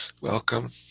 Welcome